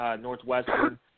Northwestern